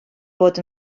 bod